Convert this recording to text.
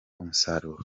umusaruro